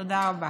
תודה רבה.